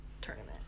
tournament